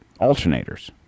alternators